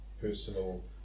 personal